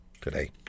today